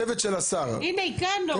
הצוות של השר --- הנה, נגה כאן.